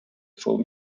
film